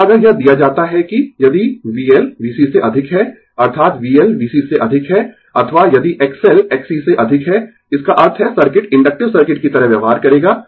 अब अगर यह दिया जाता है कि यदि VL VC से अधिक है अर्थात VL VC से अधिक है अथवा यदि XL Xc से अधिक है इसका अर्थ है सर्किट इंडक्टिव सर्किट की तरह व्यवहार करेगा